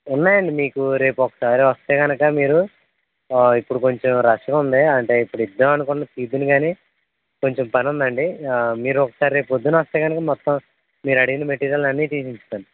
ఉన్నాయండి మీకు రేపు ఒకసారి వస్తే గనుక మీరు ఇప్పుడు కొంచం రష్గా ఉంది అంటే ఇప్పుడు ఇద్దాం అనుకోని తీద్దును కానీ కొంచం పని ఉందండి మీరు ఒకసారి రేపు పొద్దున వస్తే గనుక మొత్తం మీరు అడిగిన మెటీరియల్ అన్నీ తీసి ఉంచుతాను